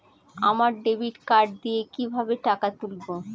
আমরা debit card দিয়ে কিভাবে টাকা তুলবো?